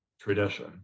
tradition